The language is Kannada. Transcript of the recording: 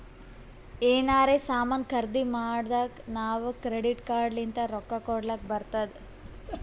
ಎನಾರೇ ಸಾಮಾನ್ ಖರ್ದಿ ಮಾಡ್ದಾಗ್ ನಾವ್ ಕ್ರೆಡಿಟ್ ಕಾರ್ಡ್ ಲಿಂತ್ ರೊಕ್ಕಾ ಕೊಡ್ಲಕ್ ಬರ್ತುದ್